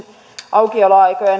aukioloaikojen